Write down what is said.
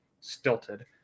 stilted